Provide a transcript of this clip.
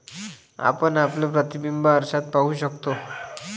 आपण आपले प्रतिबिंब आरशात पाहू शकतो